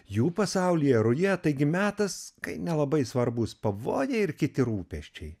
jų pasaulyje ruja taigi metas kai nelabai svarbūs pavojai ir kiti rūpesčiai